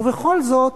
ובכל זאת,